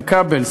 איתן כבל,